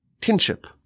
kinship